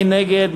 מי נגד?